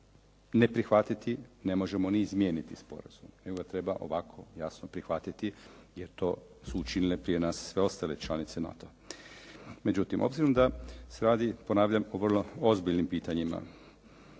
ne prihvatiti, ne možemo ni izmijeniti sporazum. Njega treba ovako prihvatiti jer to su učinile prije nas sve ostale članice NATO-a. Međutim, obzirom da se radi ponavljam o vrlo ozbiljnim pitanjima.